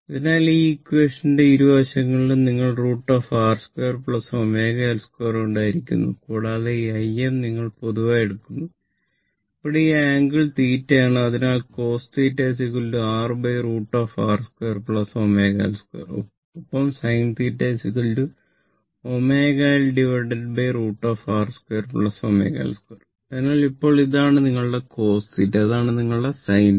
അതിനാൽ ഈ ഈക്വാഷൻ ന്റെ ഇരുവശങ്ങളിലും നിങ്ങൾ √